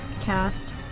cast